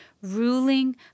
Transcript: ruling